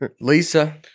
Lisa